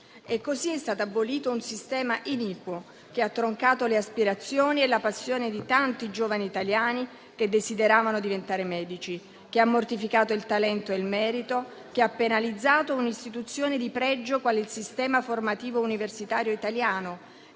Così è stato abolito un sistema iniquo che ha troncato le aspirazioni e la passione di tanti giovani italiani che desideravano diventare medici, che ha mortificato il talento e il merito, che ha penalizzato un'istituzione di pregio quale il sistema formativo universitario italiano